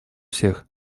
всех